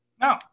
No